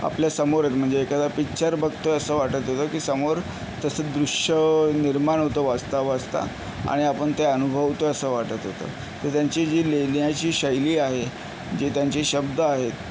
आपल्यासमोरच म्हणजे एकादा पिच्चर बघतोय असं वाटत होतं की समोर तसं दृष्य निर्माण होतं वाचता वाचता आणि आपण ते अनुभवतोय असं वाटत होतं तर त्यांची जी लिहिण्याची शैली आहे जे त्यांचे शब्द आहेत